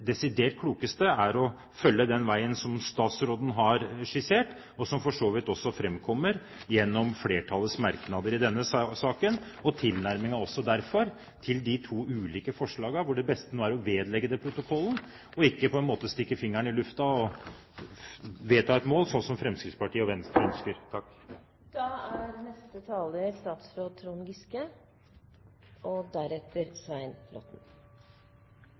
desidert klokeste er å følge den veien som statsråden har skissert, og som for så vidt også framkommer gjennom flertallets merknader i denne saken, og derfor også tilnærmingen til de to ulike forslagene, hvor det beste var å vedlegge det protokollen og ikke stikke fingeren i lufta og vedta et mål, slik Fremskrittspartiet og Venstre ønsker. Først en oppklaring hvis det er